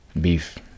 Beef